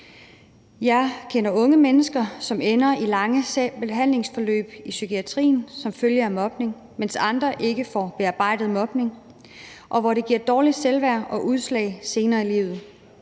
Jeg kender unge mennesker, som ender i lange behandlingsforløb i psykiatrien som følge af mobning, mens andre ikke får bearbejdet mobning, og hvor det giver dårligt selvværd og udslag senere i livet.